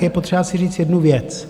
Je potřeba si říct jednu věc.